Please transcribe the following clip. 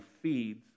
feeds